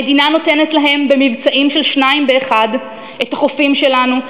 המדינה נותנת להם במבצעים של שניים באחד את החופים שלנו,